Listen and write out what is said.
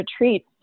retreats